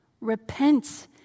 Repent